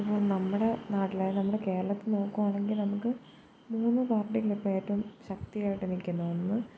ഇപ്പം നമ്മുടെ നാട്ടിലെ നമ്മുടെ കേരളത്തിൽ നോക്കുകയാണെങ്കിൽ നമുക്ക് മൂന്നു പാർട്ടികളിപ്പേറ്റവും ശക്തിയായിട്ട് നിൽക്കുന്നതൊന്ന്